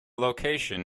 location